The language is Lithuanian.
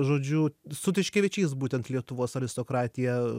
žodžiu su tiškevičiais būtent lietuvos aristokratiją